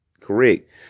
Correct